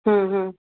ହୁଁ ହୁଁ